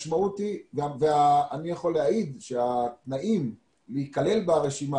ואני יכול להעיד שהתנאים להיכלל ברשימה